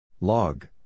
Log